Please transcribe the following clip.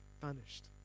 vanished